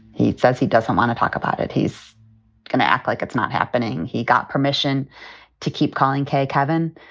he says he doesn't want to talk about it. he's going to act like it's not happening. he got permission to keep calling kay kevin.